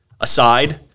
aside